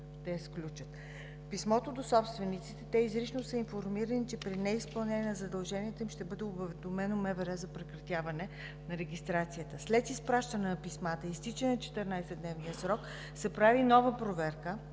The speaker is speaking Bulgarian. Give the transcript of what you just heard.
писмото до собствениците те изрично са информирани, че при неизпълнение на задълженията им, ще бъде уведомено МВР за прекратяване на регистрацията. След изпращане на писмата и изтичане на 14 дневния срок се прави нова проверка